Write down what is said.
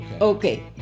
Okay